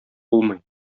булмый